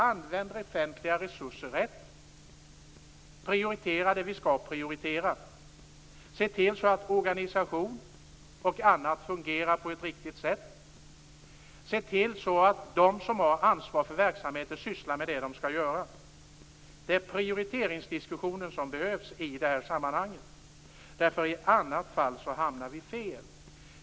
Använd offentliga resurser rätt, och prioritera det som vi skall prioritera! Vi måste se till att organisation och annat fungerar på ett riktigt sätt. Vi måste se till att de som har ansvar för verksamheten sysslar med det som de skall göra. Det är prioriteringsdiskussionen som behövs i det här sammanhanget. I annat fall hamnar vi nämligen fel.